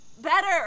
better